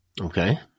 Okay